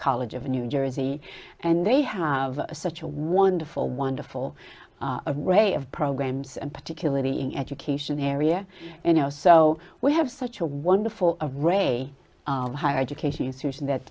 college of new jersey and they have such a wonderful wonderful way of programs and particularly in education area you know so we have such a wonderful a ray of higher education institution that